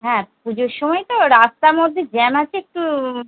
হ্যাঁ পুজোর সময় তো রাস্তার মধ্যে জ্যাম আছে একটু